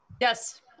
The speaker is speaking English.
Yes